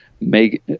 make